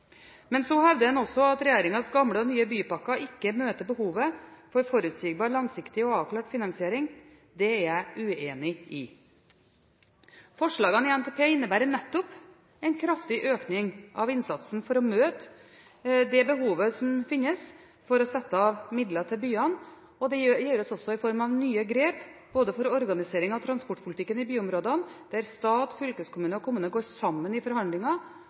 Men så hevder han også at regjeringens gamle og nye bypakker ikke møter behovet for forutsigbar, langsiktig og avklart finansiering. Det er jeg uenig i. Forslagene i NTP innebærer nettopp en kraftig økning av innsatsen for å møte det behovet som finnes, ved å sette av midler til byene, og det gjøres også i form av nye grep for organisering av transportpolitikken i byområdene, der stat, fylkeskommune og kommune går sammen i forhandlinger,